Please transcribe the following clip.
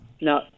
no